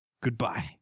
goodbye